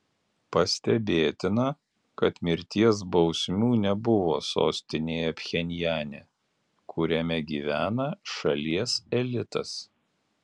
pastebėtina kad mirties bausmių nebuvo sostinėje pchenjane kuriame gyvena šalies elitas